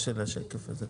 של השקף הזה,